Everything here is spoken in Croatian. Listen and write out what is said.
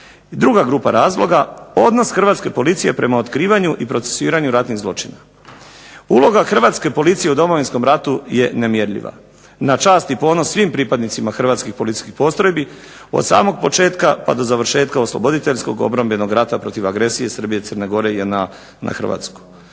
druga grupa razloga odnos hrvatske policije prema otkrivanju i procesuiranju ratnih zločina. Uloga Hrvatske policije u Domovinskom ratu je nemjerljiva, na čast i ponos svih pripadnicima hrvatskih policijskih postrojbi od samog početka pa do završetka osloboditeljsko obrambenog rata protiv agresije Srbije i Crne Gore i JNA na Hrvatsku.